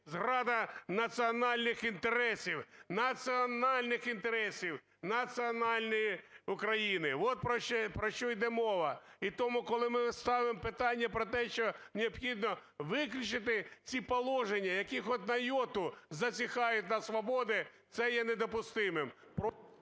зрада національних інтересів, національних інтересів національної України. От про що йде мова. І тому, коли ми ставимо питання про те, що необхідно виключити ці положення, які хоч на йоту зазіхають на свободи, це є недопустимим.